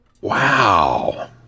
wow